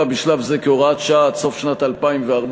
בשלב זה כהוראת שעה עד סוף שנת 2014,